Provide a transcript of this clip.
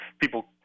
People